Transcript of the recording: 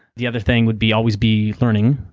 the other thing would be always be learning,